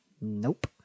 Nope